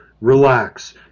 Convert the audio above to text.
relax